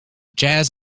jazz